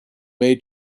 may